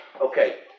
Okay